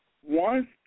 one